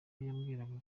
yambwiraga